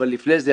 אבל לפני זה,